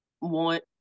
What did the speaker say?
want